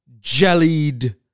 jellied